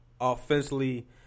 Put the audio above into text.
offensively